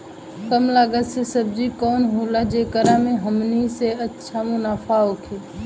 कम लागत के सब्जी कवन होला जेकरा में हमनी के अच्छा मुनाफा होखे?